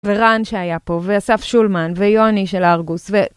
ורן שהיה פה, ואסף שולמן, ויוני של הארגוס, ו...